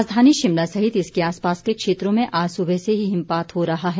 राजधानी शिमला सहित इसके आसपास के क्षेत्रों में आज सुबह से ही हिमपात हो रहा है